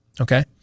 okay